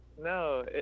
No